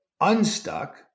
unstuck